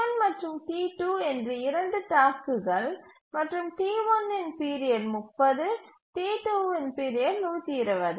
T1 மற்றும் T2 என்று 2 டாஸ்க்குகள் மற்றும் T1 இன் பீரியட் 30 T2 இன் பீரியட் 120